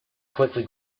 quickly